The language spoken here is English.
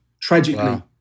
tragically